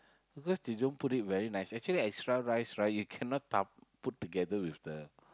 because they don't put it very nice actually extra rice right you cannot dabao put together with the